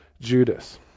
Judas